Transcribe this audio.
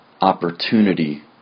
opportunity